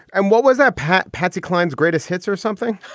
and what was that pat patsy klein's greatest hits or something.